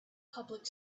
public